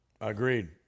Agreed